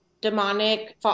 demonic